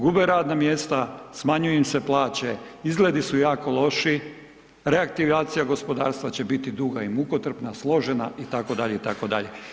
Gube radna mjesta, smanjuju im se plaće, izgledi su jako loši, reaktivacija gospodarstva će biti duga i mukotrpna, složena itd. itd.